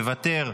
מוותר,